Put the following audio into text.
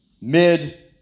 mid